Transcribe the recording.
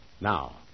Now